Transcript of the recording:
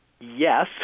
Yes